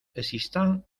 existant